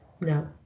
no